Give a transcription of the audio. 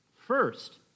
First